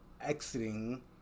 exiting